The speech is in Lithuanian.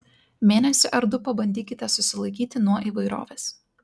mėnesį ar du pabandykite susilaikyti nuo įvairovės